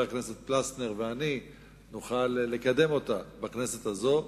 הכנסת פלסנר ואני נוכל לקדם אותה בכנסת הזאת,